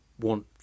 want